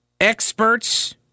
experts